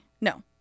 No